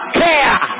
care